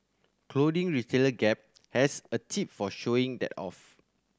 clothing retailer Gap has a tip for showing that off